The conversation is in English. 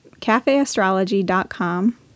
cafeastrology.com